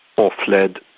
or fled,